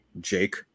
Jake